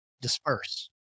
disperse